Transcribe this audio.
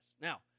Now